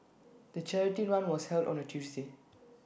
the charity run was held on A Tuesday